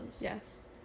Yes